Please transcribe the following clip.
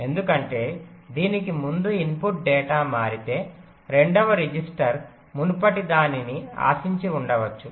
ఎందుకంటే దీనికి ముందు ఇన్పుట్ డేటా మారితే రెండవ రిజిస్టర్ మునుపటి దానిని ఆశించి ఉండవచ్చు